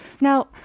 Now